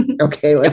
Okay